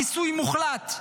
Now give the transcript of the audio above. כיסוי מוחלט,